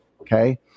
Okay